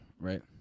right